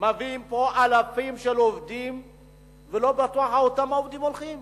מביאים לפה אלפים של עובדים ולא בטוח שאותם העובדים הולכים